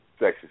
sexist